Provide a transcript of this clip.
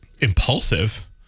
impulsive